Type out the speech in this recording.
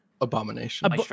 Abomination